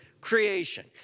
creation